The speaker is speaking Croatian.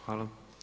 Hvala.